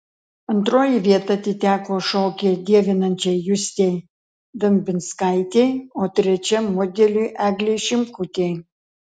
antroji vieta atiteko šokį dievinančiai justei dambinskaitei o trečia modeliui eglei šimkutei